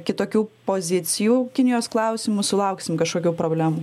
kitokių pozicijų kinijos klausimu sulauksim kažkokių problemų